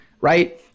right